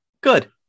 Good